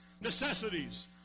necessities